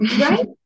Right